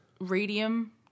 radium